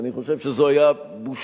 אני חושב שזאת היתה בושה,